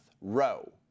row